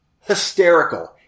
hysterical